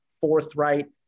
forthright